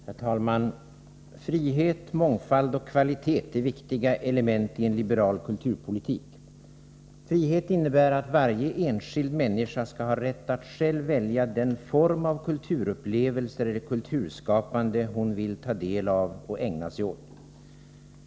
Herr talman! Frihet, mångfald och kvalitet är viktiga element i en liberal kulturpolitik. Frihet innebär att varje enskild människa skall ha rätt att själv välja den form av kulturupplevelse eller kulturskapande hon vill ta del av och ägna sig åt.